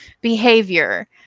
Behavior